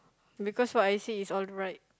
because what I said is all right